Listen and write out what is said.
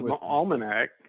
Almanac